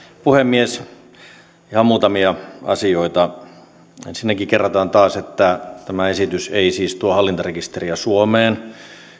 puhemies ihan muutamia asioita ensinnäkin kerrataan taas että tämä esitys ei siis tuo hallintarekisteriä suomeen